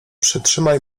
przytrzymaj